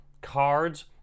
cards